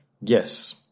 yes